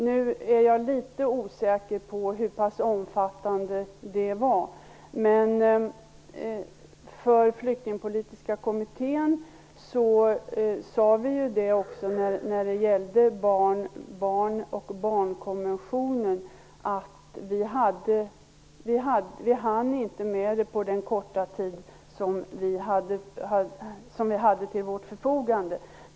Nu är jag litet osäker på hur omfattande det var, men vi sade beträffande barnkonventionen att vi inte hann med det på den korta tid som vi hade till vårt förfogande.